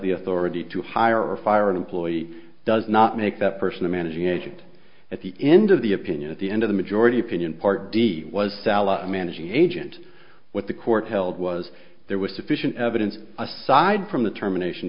the authority to hire or fire an employee does not make that person a managing agent at the end of the opinion at the end of the majority opinion part d was salah managing agent what the court held was there was sufficient evidence aside from the termination